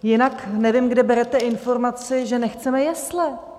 Jinak nevím, kde berete informaci, že nechceme jesle?